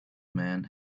man